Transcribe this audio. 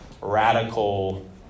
radical